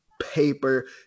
paper